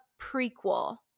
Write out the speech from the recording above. prequel